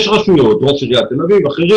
יש רשויות ראש עיריית תל אביב ואחרים